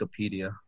Wikipedia